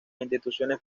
instituciones